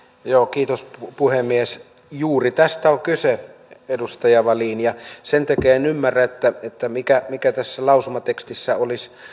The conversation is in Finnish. kiitos puhemies juuri tästä on kyse edustaja wallin ja sen takia en ymmärrä mikä mikä tässä lausumatekstissä olisi